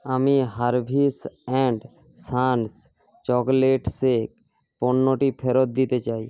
আমি Harvis and sons chocolate shake পণ্যটি ফেরত দিতে চাই